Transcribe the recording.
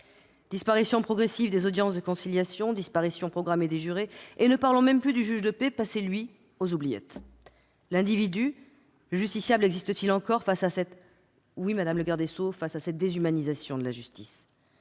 disparition progressive des audiences de conciliation ; disparition programmée des jurés, et ne parlons même plus du juge de paix, passé, lui, aux oubliettes. L'individu, le justiciable, existe-t-il encore face à cette- oui, madame la garde